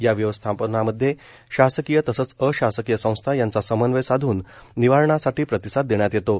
या व्यवस्थापनामध्ये शासकीय तसेच अशासकीय संस्था यांचा समन्वय साधून निवारणासाठी प्रतिसाद देण्यात येतो